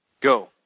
go